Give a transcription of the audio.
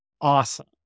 awesome